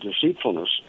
deceitfulness